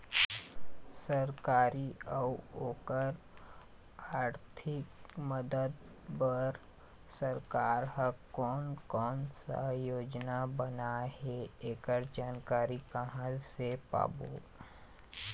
सरकारी अउ ओकर आरथिक मदद बार सरकार हा कोन कौन सा योजना बनाए हे ऐकर जानकारी कहां से पाबो?